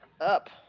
Up